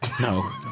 No